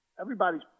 everybody's